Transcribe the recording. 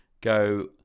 go